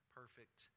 perfect